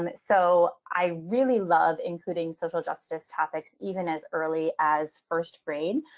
um so i really love including social justice topics even as early as first grade.